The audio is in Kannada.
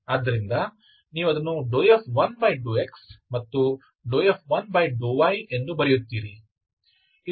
ವ್ಯುತ್ಪನ್ನವನ್ನು ಇಲ್ಲಿ ತೋರಿಸಿದೆ ಆದ್ದರಿಂದ ನೀವು ಅದನ್ನು F1∂x ಮತ್ತು F1∂y ಎಂದು ಬರೆಯುತ್ತೀರಿ